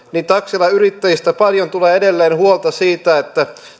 taksialan yrittäjiltä paljon tulee edelleen huolta siitä